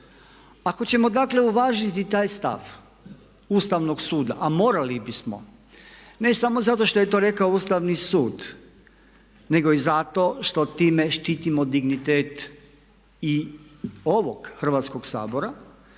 Ako ćemo dakle uvažiti taj stav Ustavnog suda a morali bismo, ne samo zato što je to rekao Ustavni sud, nego i zato što time štitimo dignitet i ovog Hrvatskog sabora.